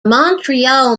montreal